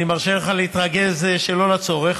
אני מרשה לך להתרגז שלא לצורך,